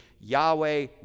Yahweh